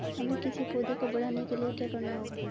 हमें किसी पौधे को बढ़ाने के लिये क्या करना होगा?